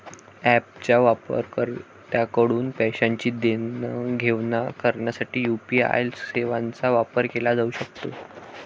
ऍपच्या वापरकर्त्यांकडून पैशांची देवाणघेवाण करण्यासाठी यू.पी.आय सेवांचा वापर केला जाऊ शकतो